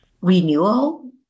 renewal